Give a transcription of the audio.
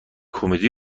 کمدی